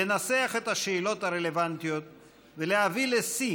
לנסח את השאלות הרלוונטיות ולהביא לשיא